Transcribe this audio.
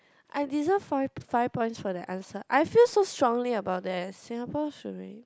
I deserve five five points for that answer I feel so strongly about that Singapore should be